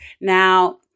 Now